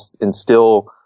instill